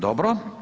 Dobro.